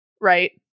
right